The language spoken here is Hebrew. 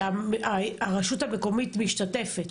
הרשות העירונית משתתפת.